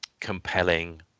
compelling